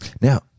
Now